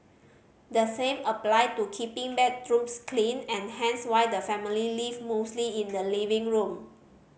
the same applied to keeping bedrooms clean and hence why the family lived mostly in the living room